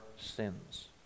sins